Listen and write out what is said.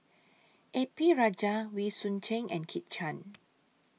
A P Rajah Wee Choon Seng and Kit Chan